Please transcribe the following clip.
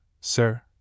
sir